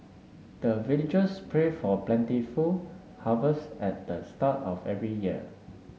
the villagers pray for plentiful harvest at the start of every year